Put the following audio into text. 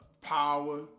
power